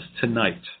tonight